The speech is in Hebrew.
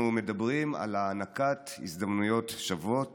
אנחנו מדברים על הענקת הזדמנויות שוות